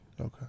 Okay